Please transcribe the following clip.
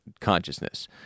consciousness